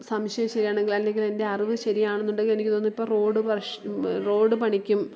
സംശയം ശരി ആണെങ്കിൽ അല്ലെങ്കിൽ എൻ്റെ അറിവ് ശരി ആണെന്നുണ്ടെങ്കിൽ എനിക്ക് തോന്നുന്നു ഇപ്പോൾ റോഡ് വർഷ് റോഡ് പണിക്കും